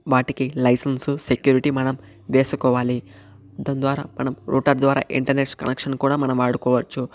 వాటికి licence security మనం వేసుకోవాలి దాని ద్వారా మనం రూటర్ ద్వారా ఇంటర్నెట్ కనెక్షన్ కూడా మనం వాడుకోవచ్చు